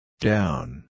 down